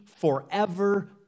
forever